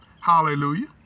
Hallelujah